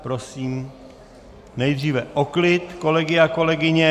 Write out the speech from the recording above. Prosím nejdříve o klid kolegy a kolegyně.